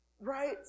Right